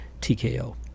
TKO